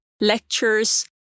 lectures